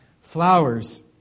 flowers